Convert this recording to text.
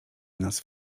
nas